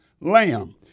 lamb